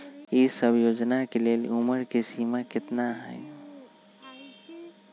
ई सब योजना के लेल उमर के सीमा केतना हई?